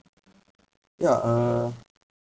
ya uh